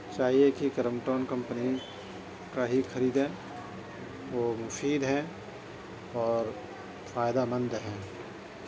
چاہیے کہ Crompton company کا ہی خریدیں وہ مُفید ہے اور فائدہ مند ہے